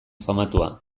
famatua